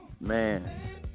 Man